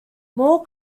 more